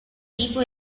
tipo